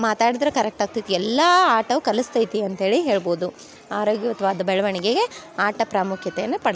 ಮಾತಾಡ್ದ್ರೆ ಕರಕ್ಟಾಗ್ತೈತಿ ಎಲ್ಲ ಆಟವೇ ಕಲಿಸ್ತೈತಿ ಅಂತ ಹೇಳಿ ಹೇಳ್ಬೋದು ಆರೋಗ್ಯಯುತ್ವಾದ ಬೆಳವಣ್ಗೆಗೆ ಆಟ ಪ್ರಾಮುಖ್ಯತೆಯನ್ನು ಪಡೆ